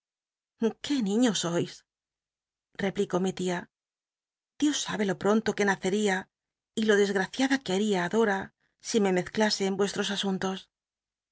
qué ni lío sois replicó mi tia dios sabe lo pronto que nacería y lo desgraciada que hari a i dora si me mezclase en nrcstros asuntos